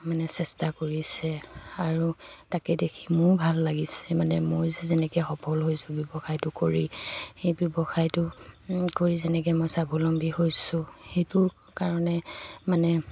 মানে চেষ্টা কৰিছে আৰু তাকে দেখি মোৰো ভাল লাগিছে মানে মই যেনেকৈ সফল হৈছোঁ ব্যৱসায়টো কৰি সেই ব্যৱসায়টো কৰি যেনেকৈ মই স্বাৱলম্বী হৈছোঁ সেইটো কাৰণে মানে